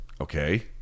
Okay